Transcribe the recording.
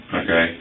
okay